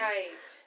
Right